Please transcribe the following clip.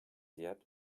yet